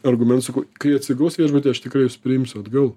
argumentų kai atsigulus viešbutyje aš tikrai priims atgal